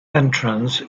entrance